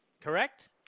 correct